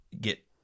get